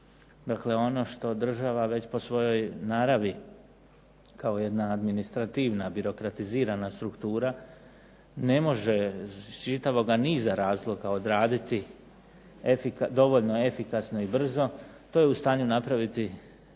Dakle, ono što država već po svojoj naravi kao jedna administrativna, birokratizirana struktura ne može iz čitavoga niza razloga odraditi dovoljno efikasno i brzo to je u stanju napraviti